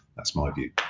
that's my view.